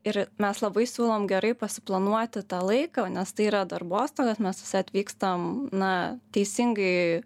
ir mes labai siūlom gerai suplanuoti tą laiką nes tai yra darbostogos mes visi atvykstam na teisingai